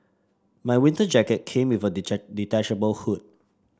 my winter jacket came with a detachable hood